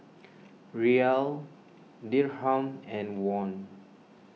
Riyal Dirham and Won